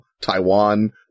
Taiwan